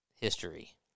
history